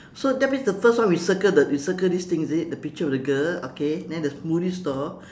so that means the first one we circle the we circle this thing is it the picture of the girl okay then the smoothie stall